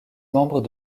membre